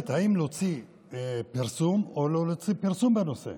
אם להוציא פרסום או לא להוציא פרסום בנושא?